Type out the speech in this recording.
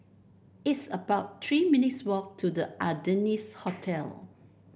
it's about Three minutes' walk to The Ardennes Hotel